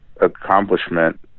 accomplishment